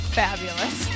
fabulous